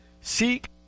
Seek